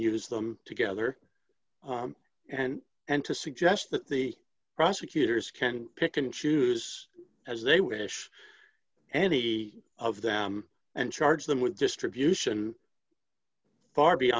use them together and and to suggest that the prosecutors can pick and choose as they wish any of them and charge them with distribution far